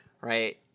right